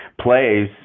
plays